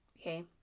Okay